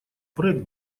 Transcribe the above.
проект